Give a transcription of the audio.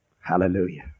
Hallelujah